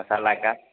मसाला का